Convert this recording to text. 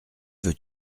veux